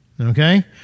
Okay